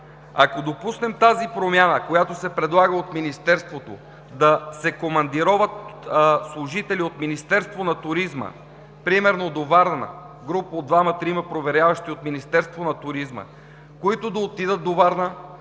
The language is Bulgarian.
Ако допуснем тази промяна, която се предлага от Министерството, да се командироват служители от Министерство на туризма – примерно група от двама-трима проверяващи от Министерство на туризма, които да отидат до Варна,